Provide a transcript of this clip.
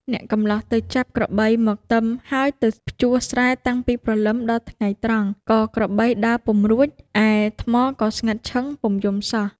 អ្នកកម្លោះទៅចាប់ក្របីមកទឹម ហើយទៅភ្ជួរស្រែតាំងពីព្រលឹមដល់ថ្ងៃត្រង់ក៏ក្របីដើរពុំរួច ឯថ្មក៏ស្ងាត់ឈឹងពុំយំសោះ។